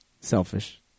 selfish